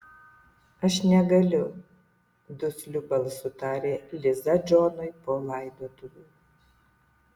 aš negaliu dusliu balsu tarė liza džonui po laidotuvių